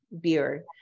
beer